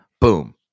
boom